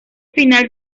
final